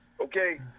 Okay